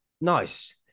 Nice